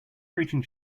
breaching